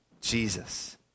Jesus